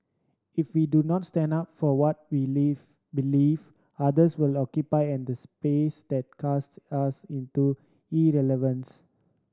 if we do not stand up for what we leaf believe others will occupy and space that cast us into irrelevance